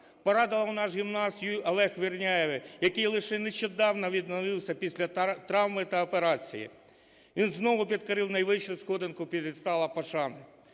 Порадував наш гімнаст Олег Верняєв, який лише нещодавно відновився після травми та операції, – він знову підкорив найвищу сходинку п’єдесталу пошани.